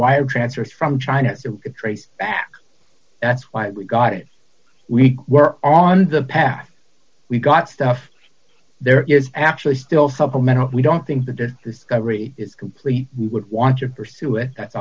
wire transfers from china to trace back that's why we got it we were on the path we got stuff there is actually still supplemental we don't think that the discovery is complete we would want to pursue it